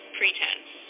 pretense